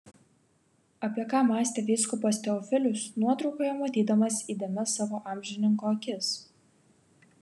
apie ką mąstė vyskupas teofilius nuotraukoje matydamas įdėmias savo amžininko akis